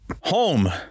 home